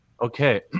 okay